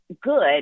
good